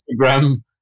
Instagram